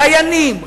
דיינים,